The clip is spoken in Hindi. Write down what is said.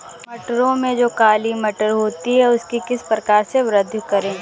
मटरों में जो काली मटर होती है उसकी किस प्रकार से वृद्धि करें?